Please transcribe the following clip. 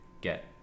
get